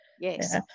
yes